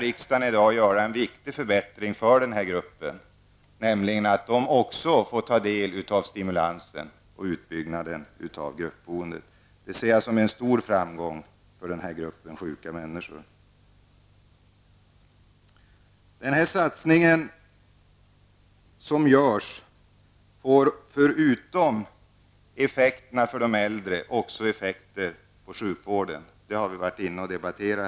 Riksdagen kan i dag besluta om en viktig förbättring för denna grupp, som går ut på att också de skall få del av den stimulans som utbyggnaden av gruppboendet innebär. Jag ser det som en stor framgång för denna grupp av sjuka människor. Den satsning som görs får förutom effekter för de äldre också effekter på sjukvården. Vi har debatterat detta.